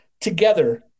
together